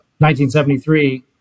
1973